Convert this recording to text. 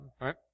right